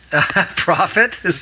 profit